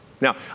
Now